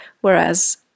whereas